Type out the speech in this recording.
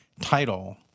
title